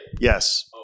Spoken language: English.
Yes